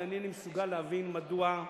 ואינני מסוגל להבין מדוע.